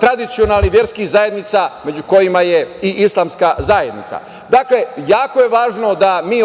tradicionalnih verskih zajednica među kojima je i islamska zajednica. Dakle, jako je važno da mi